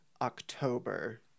October